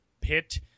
pit